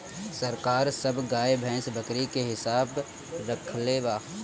सरकार सब गाय, भैंस, बकरी के हिसाब रक्खले बा